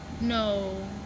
No